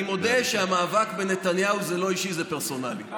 אני מודה שהמאבק בנתניהו לא אישי, זה פרסונלי.